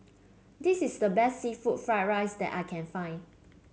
this is the best seafood Fried Rice that I can find